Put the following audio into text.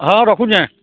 ହଁ ରଖୁଛେଁ